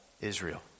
Israel